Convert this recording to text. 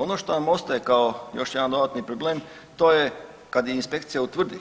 Ono što nam ostaje kao još jedan dodatni problem to je kad i inspekcija utvrdi